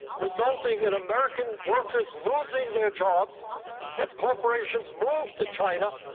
resulting in american workers losing their jobs as corporations moved to china.